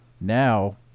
Now